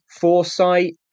foresight